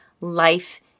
life